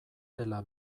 dela